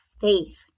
faith